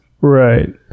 Right